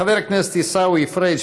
חבר הכנסת עיסאווי פריג',